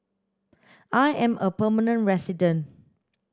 I am a permanent resident